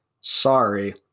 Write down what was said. Sorry